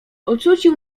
ocucił